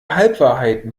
halbwahrheiten